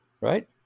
Right